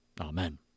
Amen